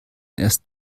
erst